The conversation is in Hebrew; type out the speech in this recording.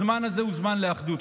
הזמן הזה הוא זמן לאחדות.